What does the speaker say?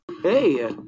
Hey